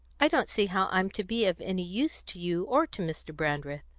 i don't see how i'm to be of any use to you or to mr. brandreth.